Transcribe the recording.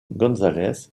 gonzález